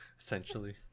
Essentially